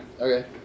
okay